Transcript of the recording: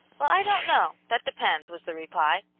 well, i don't know that depends, was the reply.